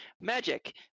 magic